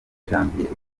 janvier